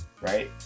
right